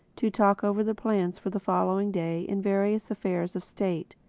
to talk over the plans for the following day and various affairs of state.